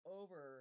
over